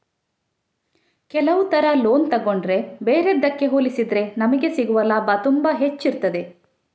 ಕೆಲವು ತರ ಲೋನ್ ತಗೊಂಡ್ರೆ ಬೇರೆದ್ದಕ್ಕೆ ಹೋಲಿಸಿದ್ರೆ ನಮಿಗೆ ಸಿಗುವ ಲಾಭ ತುಂಬಾ ಹೆಚ್ಚಿರ್ತದೆ